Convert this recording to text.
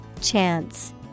Chance